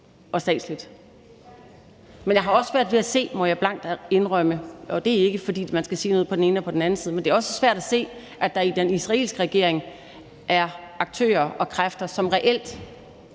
og statsligt. Men jeg har også svært ved at se – det må jeg blankt indrømme, og det er ikke, fordi man skal sige noget på den ene side og på den anden side – at der i den israelske regering er aktører og kræfter, som reelt